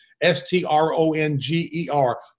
S-T-R-O-N-G-E-R